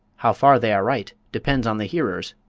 how far they are right depends on the hearers,